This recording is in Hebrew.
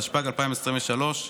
התשפ"ג 2023,